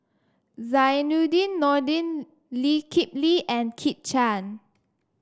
Zainudin Nordin Lee Kip Lee and Kit Chan